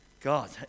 God